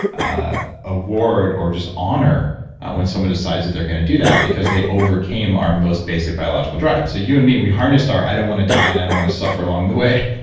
ah award or just honor when someone decides that they're going to do that, because they overcame our most basic biological drive so you and me, we harnessed our i don't want to die and i don't want to suffer along the way,